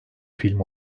film